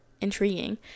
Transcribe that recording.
intriguing